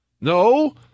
No